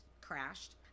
crashed